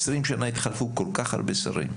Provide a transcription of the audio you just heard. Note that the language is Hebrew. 20 שנה התחלפו כל כך הרבה שרים,